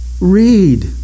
read